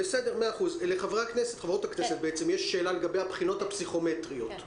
לחברות הכנסת יש שאלה לגבי הבחינות הפסיכומטריות.